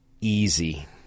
easy